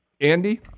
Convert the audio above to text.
Andy